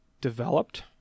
developed